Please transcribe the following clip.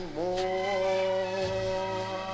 more